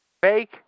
Fake